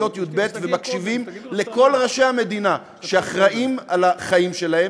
ומקשיבים לכל ראשי המדינה שאחראים לחיים שלהם,